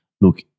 look